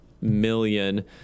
million